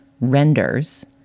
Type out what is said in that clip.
renders